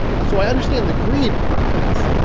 so i understand the greed part of this,